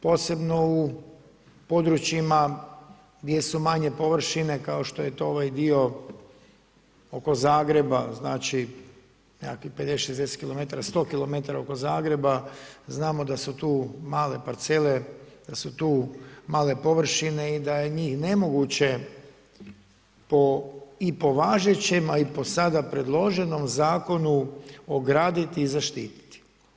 Posebno u područjima gdje su manje površine, kao što je to ovaj dio oko Zagreba, znači nekakvih 50-60 kilometara, 100 kilometara oko Zagreba, znamo da su tu male parcele, da su tu male površine i da je njih nemoguće, i po važećem, a i po sada predloženom Zakonu ograditi i zaštiti.